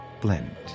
blend